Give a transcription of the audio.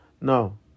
No